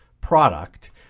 product